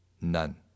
None